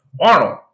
Arnold